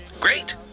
Great